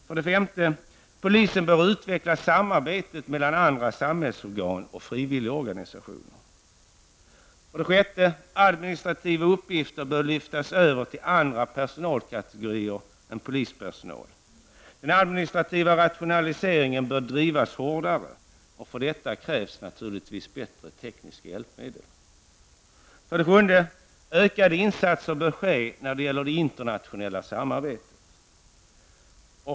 För det femte bör polisen utveckla samarbetet med andra samhällsorgan och frivilligorganisationer. För det sjätte bör administrativa uppgifter lyftas över till andra personalkategorier än polispersonal. Den administrativa rationaliseringen bör drivas hårdare. För detta krävs naturligtvis bättre tekniska hjälpmedel. För det sjunde bör ökade insatser ske när det gäller det internationella samarbetet.